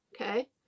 okay